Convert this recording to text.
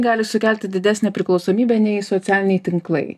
gali sukelti didesnę priklausomybę nei socialiniai tinklai